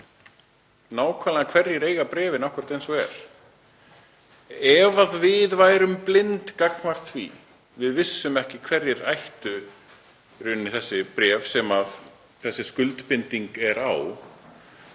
nákvæmlega hverjir eiga bréfin akkúrat eins og er? Ef við værum blind gagnvart því, við vissum ekki hverjir ættu í rauninni þessi bréf sem þessi skuldbinding er á,